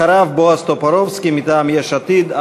אחריו, בועז טופורובסקי מטעם יש עתיד.